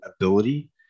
ability